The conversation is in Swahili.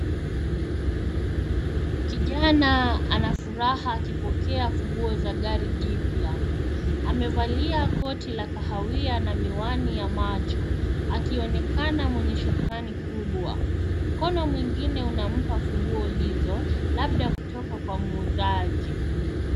Kijana ana furaha akipokea funguo za gari jipya. Amevalia koti la kahawia na miwani ya macho akionekana mwenye shukrani kubwa. Mkono mwingine unampa funguo hizo labda kutoka kwa muuzaji.